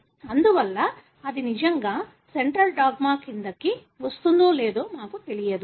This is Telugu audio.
అందువల్ల అది నిజంగా సెంట్రల్ డాగ్మా కిందకు వస్తుందో లేదో మాకు తెలియదు